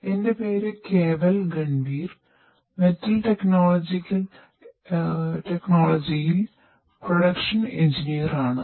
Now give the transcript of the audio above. എന്റെ പേര് കേവൽ ഗൻവീർ ആണ്